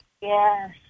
Yes